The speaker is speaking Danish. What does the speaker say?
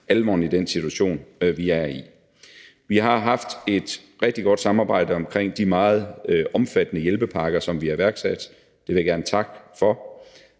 alvoren i den situation, vi er i. Vi har haft et rigtig godt samarbejde omkring de meget omfattende hjælpepakker, som vi har iværksat. Det vil jeg gerne takke for.